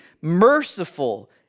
merciful